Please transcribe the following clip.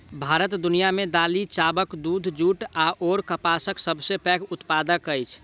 भारत दुनिया मे दालि, चाबल, दूध, जूट अऔर कपासक सबसे पैघ उत्पादक अछि